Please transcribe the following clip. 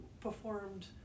performed